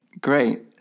Great